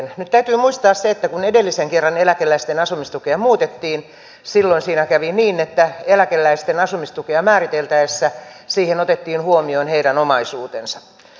nyt täytyy muistaa se että kun edellisen kerran eläkeläisten asumistukea muutettiin silloin siinä kävi niin että eläkeläisten asumistukea määriteltäessä siihen otettiin huomioon heidän omaisuutensa